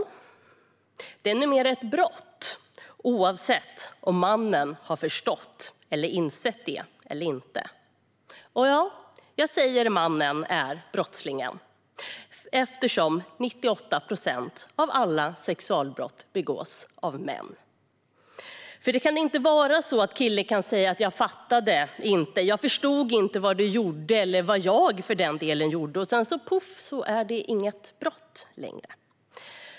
Sexualbrott är numera ett brott oavsett om mannen har förstått eller insett det eller inte. Och ja, jag säger att det är mannen som är brottslingen eftersom 98 procent av alla sexualbrott begås av män. Killen kan inte säga "Jag fattade inte. Jag förstod inte vad du gjorde, eller vad jag gjorde för den delen", och sedan - poff - är det inget brott längre.